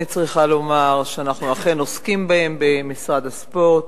אני צריכה לומר שאנחנו אכן עוסקים בהן במשרד הספורט.